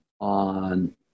on